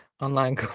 Online